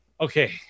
okay